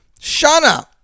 Shana